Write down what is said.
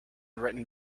written